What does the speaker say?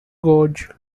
gorge